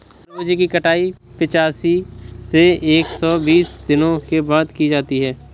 खरबूजे की कटाई पिचासी से एक सो बीस दिनों के बाद की जाती है